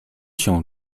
się